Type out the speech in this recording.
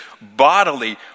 bodily